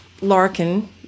Larkin